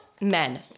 men